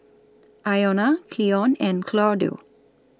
Iona Cleon and Claudio